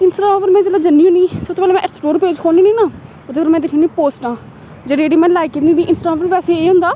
Instagram पर में जेल्लै जन्नी होन्नी सब तू पैह्लें में ऐक्सप्लोर पेज पर जन्नी ना ओह्दे पर में दिक्खनी होन्नी पोस्टां जेह्ड़ी जेह्ड़ी में लाक कीती होंदी इंस्टाग्राम पर पैसे एह् होंदा